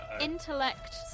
Intellect